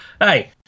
hey